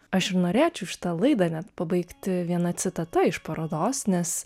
aš ir norėčiau šitą laidą net pabaigti viena citata iš parodos nes